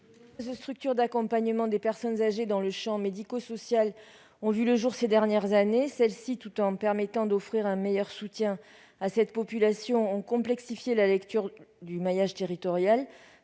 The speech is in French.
structures d'accompagnement des personnes âgées dans le champ médico-social ont vu le jour ces dernières années. Celles-ci, tout en permettant d'offrir un meilleur soutien à cette population, ont complexifié la lecture du maillage territorial